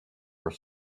were